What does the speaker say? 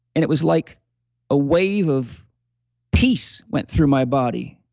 and it was like a wave of peace went through my body.